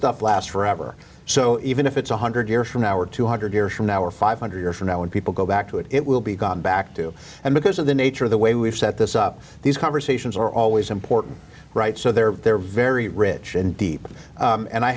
stuff last forever so even if it's one hundred years from now or two hundred years from now or five hundred years from now when people go back to it it will be gone back to and because of the nature of the way we've set this up these conversations are always important right so they're they're very rich and deep and i